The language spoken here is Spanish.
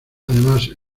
además